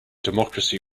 democracy